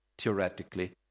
theoretically